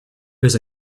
was